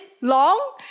long